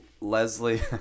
Leslie